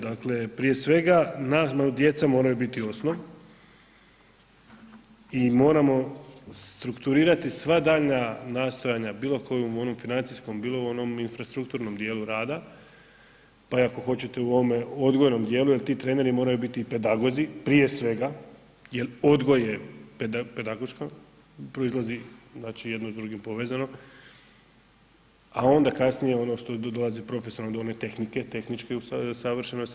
Dakle, prije sve nama djeca moraju biti osnov i moramo strukturirati sva daljnja nastojanja bilo kojem u onom financijskom, bilo u onom infrastrukturnom dijelu rada, pa i ako hoćete u ovom odgojnom djelu jer ti treneri moraju biti i pedagozi prije svega, jer odgoj je pedagoška proizlazi znači jedno je s drugim povezano, a onda kasnije ono što dolazi profesionalno do one tehnike, tehničke usavršenosti.